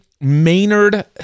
Maynard